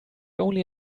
only